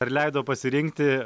ar leido pasirinkti